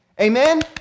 Amen